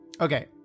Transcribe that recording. Okay